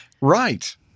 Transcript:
right